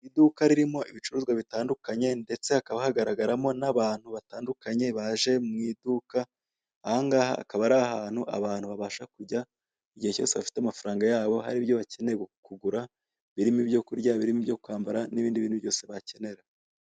Iduka ririmo ibicuruzwa bitandukanye ndetse hakaba hagaragaramo n'abantu batandukanye baje mu iduka, aha ngaha akaba ari ahantu abantu babasha kujya igihe cyose bafite amafaranga yabo haribyo bakeneye kugura birimo ibyo kurya, birimo ibyo kwambara n'ibindi bintu byose bakenera.